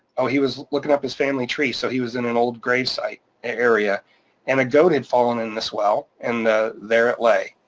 oh, he was looking up his family tree, so he was in an old grave site area and a goat had fallen in this well, and there it lay.